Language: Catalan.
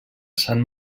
sant